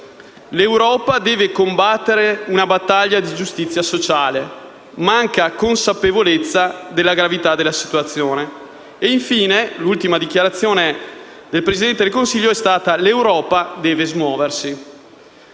l'Europa deve combattere una battaglia di giustizia sociale; manca consapevolezza della gravità della situazione. Infine, l'ultima dichiarazione del Presidente del Consiglio è stata: l'Europa deve smuoversi.